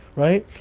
right?